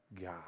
God